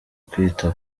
kwita